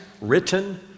written